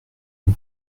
une